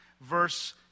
Verse